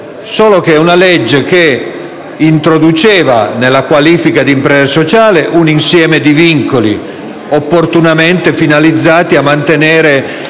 normativa. Essa però introduceva nella qualifica d'impresa sociale un insieme di vincoli, opportunamente finalizzati a mantenere